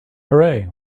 hooray